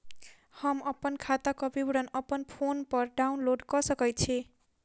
हम अप्पन खाताक विवरण अप्पन फोन पर डाउनलोड कऽ सकैत छी?